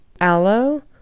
Aloe